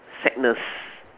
sadness